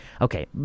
Okay